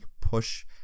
push